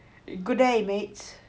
a good day mate